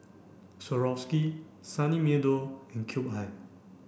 Swarovski Sunny Meadow and Cube I